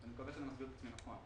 אני מקווה שאני מסביר את עצמי נכון.